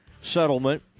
settlement